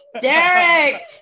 Derek